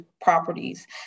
properties